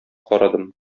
карадым